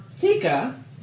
Tika